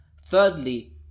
Thirdly